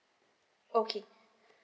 okay